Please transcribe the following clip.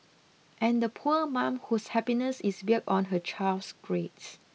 and the poor mum whose happiness is built on her child's grades